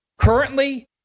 currently